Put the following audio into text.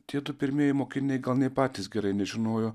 tiedu pirmieji mokiniai gal nei patys gerai nežinojo